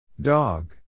Dog